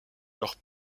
leurs